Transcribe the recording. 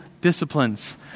disciplines